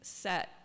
set